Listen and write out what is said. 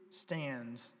stands